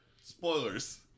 Spoilers